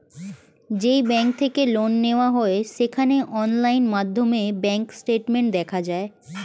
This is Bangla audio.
যেই ব্যাঙ্ক থেকে লোন নেওয়া হয় সেখানে অনলাইন মাধ্যমে ব্যাঙ্ক স্টেটমেন্ট দেখা যায়